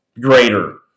greater